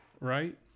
right